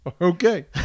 Okay